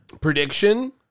prediction